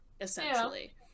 Essentially